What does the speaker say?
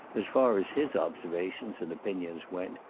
as far as his observations and opinions went,